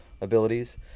abilities